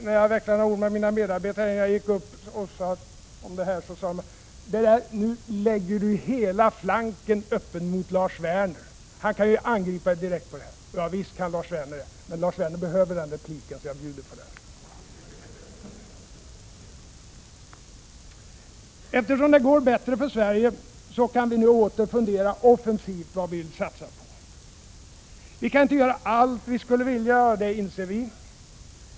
När jag växlande några ord med mina medarbetare innan jag gick upp i talarstolen sade de: Nu lägger du hela flanken öppen mot Lars Werner. Han kan ju angripa dig direkt för det här. Ja, visst kan Lars Werner det, men Lars Werner behöver den repliken, så jag bjuder på den. Eftersom det går bättre för Sverige, kan vi nu åter fundera på vad vi offensivt vill satsa på. Vi kan inte göra allt vi skulle vilja, det inser vi.